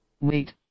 Wait